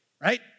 Right